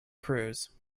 crews